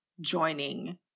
joining